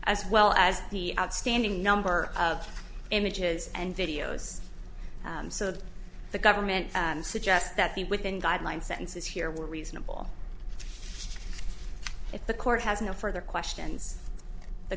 as well as the outstanding number of images and videos of the government and suggest that the within guidelines sentences here were reasonable if the court has no further questions the